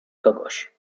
kogoś